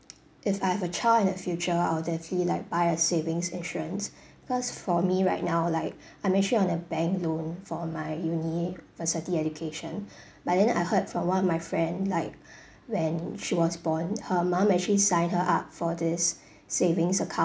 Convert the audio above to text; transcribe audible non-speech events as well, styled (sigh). if I have a child in the future I'll definitely like buy a savings insurance (breath) because for me right now like (breath) I'm actually on a bank loan for my university education (breath) but then I heard from one of my friend like (breath) when she was born her mum actually signed her up for this (breath) savings account